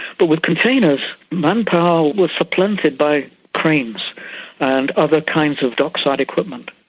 but with containers, manpower was supplanted by cranes and other kinds of dockside equipment.